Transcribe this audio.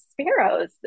sparrows